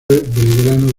belgrano